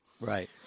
Right